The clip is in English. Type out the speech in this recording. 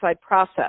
process